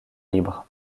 libre